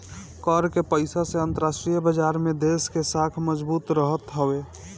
कर के पईसा से अंतरराष्ट्रीय बाजार में देस के साख मजबूत रहत हवे